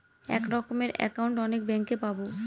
এক রকমের একাউন্ট অনেক ব্যাঙ্কে পাবো